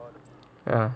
ya